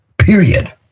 Period